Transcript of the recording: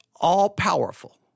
all-powerful